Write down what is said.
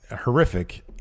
horrific